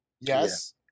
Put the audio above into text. Yes